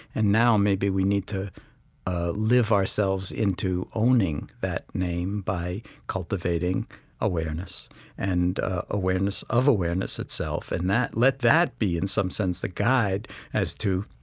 and now maybe we need to ah live ourselves into owning that name by cultivating awareness and awareness of awareness itself and let that be in some sense the guide as to